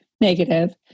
negative